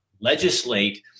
legislate